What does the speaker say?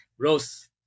Rose